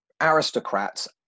aristocrats